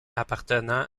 appartenant